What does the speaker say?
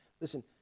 listen